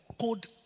code